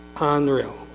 unreal